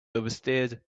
oversteered